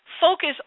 focus